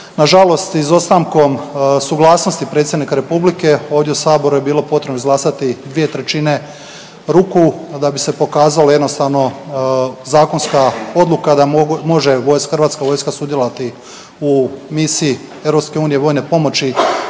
Na žalost izostankom suglasnosti predsjednika Republike ovdje u Saboru je bilo potrebno izglasati 2/3 ruku da bi se pokazalo jednostavno zakonska odluka da može Hrvatska vojska sudjelovati u misiji EU vojne pomoći